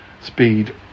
Speed